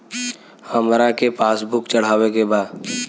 हमरा के पास बुक चढ़ावे के बा?